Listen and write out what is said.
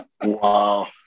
Wow